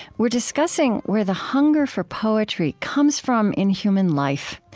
we're discussing where the hunger for poetry comes from in human life.